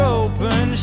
open